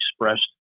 expressed